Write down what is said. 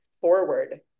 forward